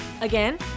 Again